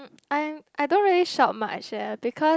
I am I don't really shop much eh because